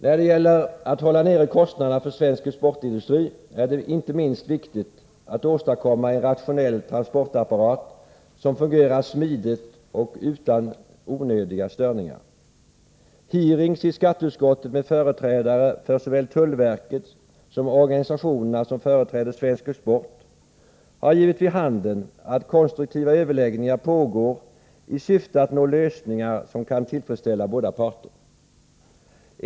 När det gäller att hålla nere kostnaderna för svensk exportindustri är det inte minst viktigt att åstadkomma en rationell transportapparat som fungerar smidigt och utan onödiga störningar. Hearings i skatteutskottet med företrädare för såväl tullverket som de organisationer vilka företräder svensk export har givit vid handen att konstruktiva överläggningar pågår i syfte att nå lösningar som kan tillfredsställa båda parter.